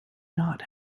not